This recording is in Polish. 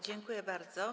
Dziękuję bardzo.